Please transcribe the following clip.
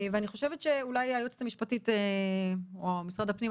ואני חושבת שאולי היועצת המשפטית או משרד הפנים,